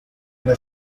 las